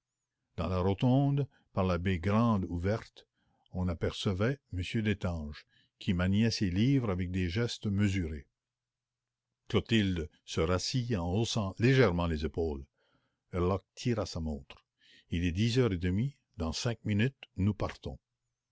dans la rotonde par la baie grande ouverte on apercevait m destange clotilde se rassit en haussant légèrement les épaules herlock tira sa montre il est dix heures et demie dans cinq minutes nous partons